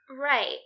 Right